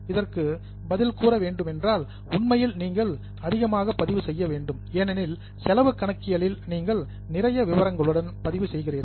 இதற்கு பதில் கூற வேண்டுமென்றால் உண்மையில் நீங்கள் அதிகமாக பதிவு செய்ய வேண்டும் ஏனெனில் செலவு கணக்கியலில் நீங்கள் நிறைய விவரங்களுடன் பதிவு செய்கிறீர்கள்